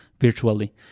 virtually